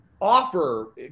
offer